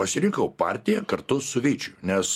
pasirinkau partiją kartu su vyčiu nes